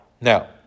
Now